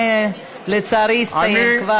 לצערי הזמן הסתיים כבר.